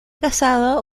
casado